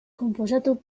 konposatu